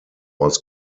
was